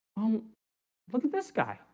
um look at this guy.